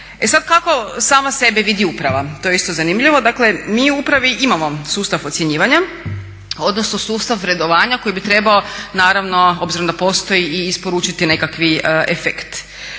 E sad, kako sama sebe vidi uprava to je isto zanimljivo. Dakle mi u upravi imamo sustav ocjenjivanja odnosno sustav vrednovanja koji bi trebao naravno obzirom da postoji i isporučiti nekakvi efekt.